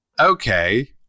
okay